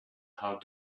how